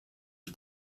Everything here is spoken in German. die